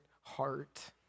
heart